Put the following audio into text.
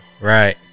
Right